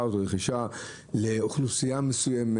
או את הרכישה של אוכלוסייה מסוימת?